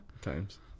times